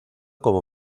como